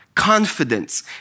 confidence